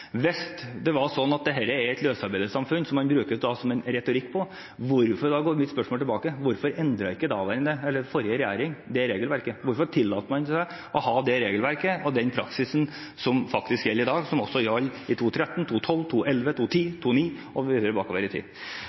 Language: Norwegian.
Hvis det var sånn at dette er et løsarbeidersamfunn, som man bruker som retorikk, går mitt spørsmål i retur: Hvorfor endret ikke den forrige regjering det regelverket? Hvorfor tillot man seg å ha det regelverket og den praksisen, som faktisk gjelder i dag, og som også gjaldt i 2013, 2012, 2011, 2010, 2009 og videre bakover i tid?